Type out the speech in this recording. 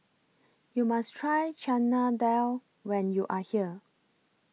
YOU must Try Chana Dal when YOU Are here